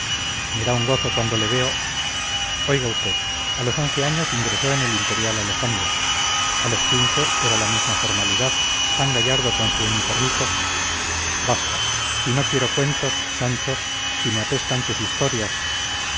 me da un gozo cuando le veo oiga usted a los once años ingresó en el imperial alejandro a los quince era la misma formalidad tan gallardo con su uniformito basta si no quiero cuentos sancho si me apestan tus historias